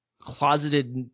closeted